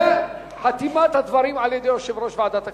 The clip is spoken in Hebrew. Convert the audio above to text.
וחתימת הדברים על-ידי יושב-ראש ועדת הכספים.